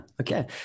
okay